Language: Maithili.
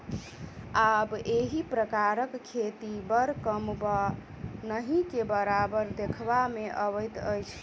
आब एहि प्रकारक खेती बड़ कम वा नहिके बराबर देखबा मे अबैत अछि